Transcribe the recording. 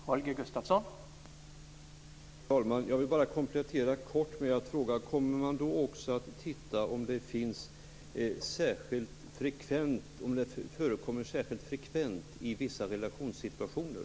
Herr talman! Jag vill bara komplettera kort med att fråga: Kommer man då också att titta på om detta förekommer särskilt frekvent i vissa relationssituationer?